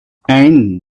and